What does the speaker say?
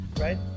right